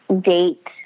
date